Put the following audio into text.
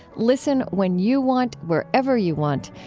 listen when you want, wherever you want.